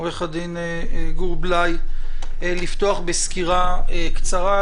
עו"ד גור בליי לפתוח בסקירה קצרה,